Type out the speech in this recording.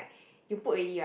you put already right